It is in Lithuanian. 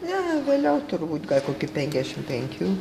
ne vėliau turbūt koki penkiašim penkių